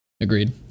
Agreed